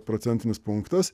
procentinis punktas